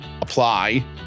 apply